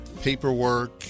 paperwork